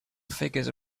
figures